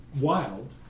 wild